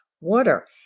water